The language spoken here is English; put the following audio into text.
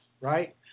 Right